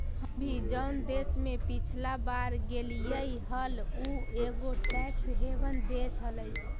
हम भी जऊन देश में पिछला बार गेलीअई हल ऊ एगो टैक्स हेवन देश हलई